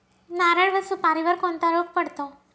नारळ व सुपारीवर कोणता रोग पडतो?